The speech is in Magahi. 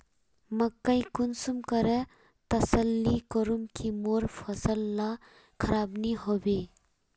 मुई कुंसम करे तसल्ली करूम की मोर फसल ला खराब नी होबे?